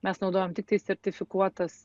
mes naudojam tiktai sertifikuotas